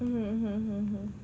mm mm mm mm